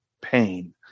pain